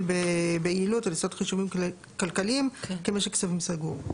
ביעילות על יסוד חישובים כלכליים כמשק כספים סגור.